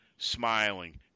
smiling